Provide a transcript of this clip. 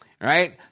right